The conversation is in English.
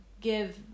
give